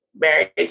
married